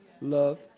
Love